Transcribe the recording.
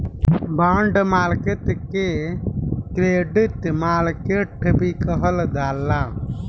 bond market के credit market भी कहल जाला